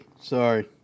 Sorry